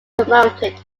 promoted